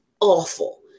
awful